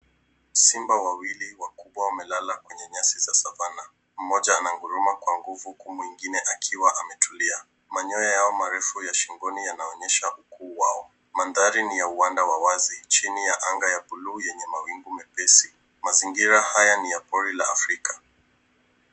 Simba wawili wakubwa wamelala kwenye nyasi za savana. Mmoja ananguruma kwa nguvu huku mwingine akiwa anatulia. Manyoya yao marefu ya shingoni yanaonyesha ukuu wao. Mandhari ni ya uwanda wa wazi chini ya anga ya bluu yenye mawingu mepesi . Mazingira haya ni ya pori la Afrika.